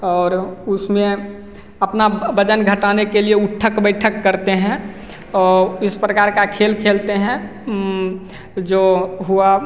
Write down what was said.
और उसमें अपना वजन घटाने के लिए उठक बैठक करते हैं इस प्रकार का खेल खेलते हैं जो हुआ